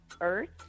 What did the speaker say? Earth